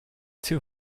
too